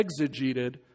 exegeted